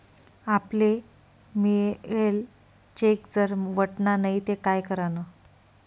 आपले मियेल चेक जर वटना नै ते काय करानं?